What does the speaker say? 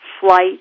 flight